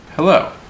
Hello